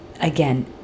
again